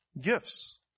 gifts